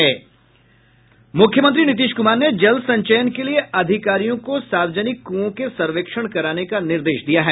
मुख्यमंत्री नीतीश कुमार ने जल संचयन के लिए अधिकारियों को सार्वजनिक कुओं के सर्वेक्षण कराने का निर्देश दिया है